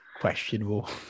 Questionable